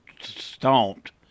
stomped